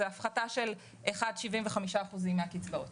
זה הפחתה של 1.75% מן הקצבאות.